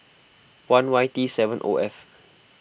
one Y T seven O F